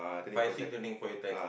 five six turning for attack